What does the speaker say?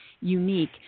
unique